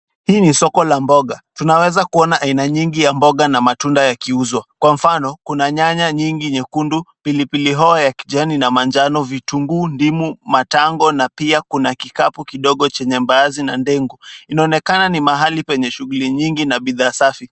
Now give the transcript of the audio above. Hili ni soko la mboga. Tunaweza kuona aina nyingi ya mboga na matunda yakiuzwa. Kwa mfano Kuna nyanya nyingi nyekundu, pilipilihoho ya manjano na kijani, vitunguu, ndimu, matango na pia Kuna kikapu kidogo chenye mbaazi na ndengu . Inaonekana ni Mahalo pa shughuli nyingi na bidhaa safi.